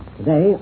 Today